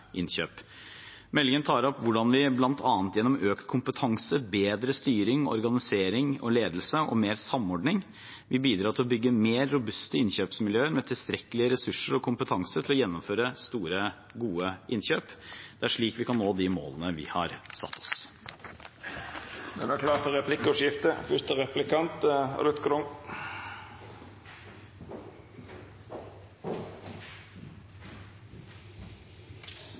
innkjøp. Meldingen tar opp hvordan vi – bl.a. gjennom økt kompetanse, bedre styring, organisering og ledelse, og mer samordning – vil bidra til å bygge mer robuste innkjøpsmiljøer, med tilstrekkelige ressurser og kompetanse til å gjennomføre gode innkjøp. Det er slik vi kan nå de målene vi har satt oss. Det vert replikkordskifte.